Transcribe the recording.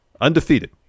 Undefeated